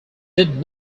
did